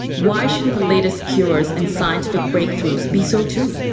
why shouldn't the latest cures and scientific breakthroughs be so too?